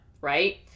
right